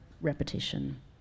repetition